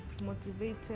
motivated